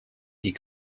die